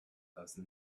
those